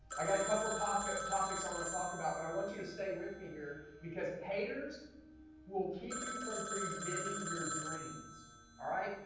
i got a couple of talk but topics i want to talk about but i want you to stay with me here because haters will keep you from preventing your dreams all right.